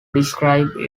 describe